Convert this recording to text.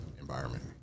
environment